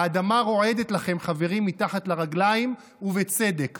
האדמה רועדת לכם, חברים, מתחת לרגליים, ובצדק.